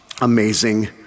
amazing